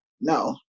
no